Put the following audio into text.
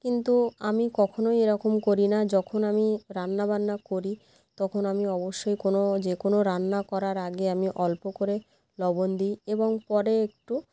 কিন্তু আমি কখনোই এরকম করি না যখন আমি রান্না বান্না করি তখন আমি অবশ্যই কোনও যে কোনও রান্না করার আগে আমি অল্প করে লবণ দিই এবং পরে একটু